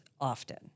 often